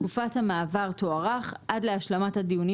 תקופת המעבר תוארך עד להשלמת הדיונים